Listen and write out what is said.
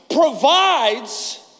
provides